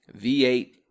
V8